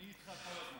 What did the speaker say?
אני איתך כל הזמן.